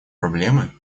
проблемы